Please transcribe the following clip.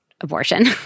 abortion